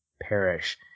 perish